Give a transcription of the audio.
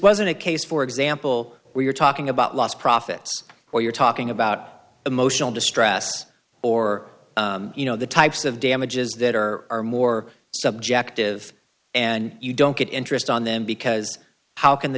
wasn't a case for example where you're talking about lost profits or you're talking about emotional distress or you know the types of damages that are are more subjective and you don't get interest on them because how can the